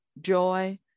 joy